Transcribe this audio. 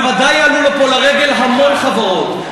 בוודאי יעלו לפה לרגל המון חברות.